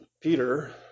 Peter